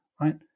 right